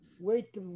wait